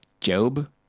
Job